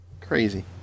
Crazy